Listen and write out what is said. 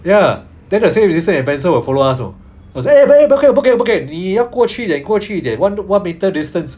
ya then the safe distance ambassador will follow us you know will say everybody 不可以不可以不可以你要过去一点过去一点 one metre distance